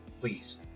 please